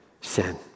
sin